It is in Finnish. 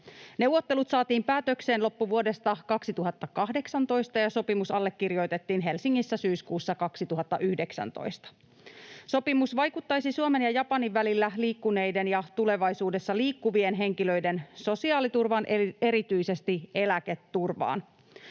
Neuvottelut saatiin päätökseen loppuvuodesta 2018 ja sopimus allekirjoitettiin Helsingissä syyskuussa 2019. Sopimus vaikuttaisi Suomen ja Japanin välillä liikkuneiden ja tulevaisuudessa liikku-vien henkilöiden sosiaaliturvaan, erityisesti eläketurvaan.